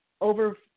over